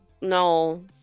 no